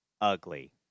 ugly